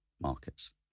markets